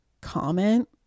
comment